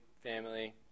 family